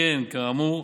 שכן כאמור,